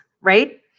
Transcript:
right